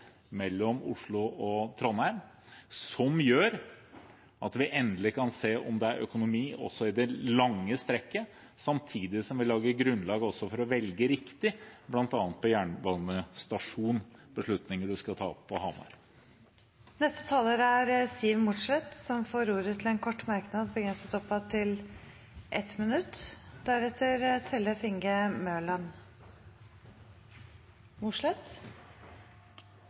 mellom Oslo og Trondheim, som gjør at vi endelig kan se om det er økonomi også i det lange strekket, samtidig som vi legger grunnlag for å velge riktig, bl.a. når beslutning om jernbanestasjonen på Hamar skal tas. Representanten Siv Mossleth har hatt ordet to ganger og får ordet til en kort merknad, begrenset til 1 minutt.